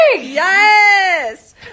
Yes